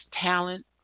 talent